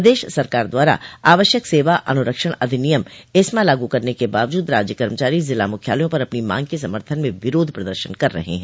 प्रदेश स सरकार द्वारा आवश्यक सेवा अनुरक्षण अधिनियम ऐस्मा लागू करने के बावजूद राज्य कर्मचारी जिला मुख्यालयों पर अपनी मांग के समर्थन में विरोध प्रदर्शन कर रहे हैं